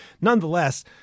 Nonetheless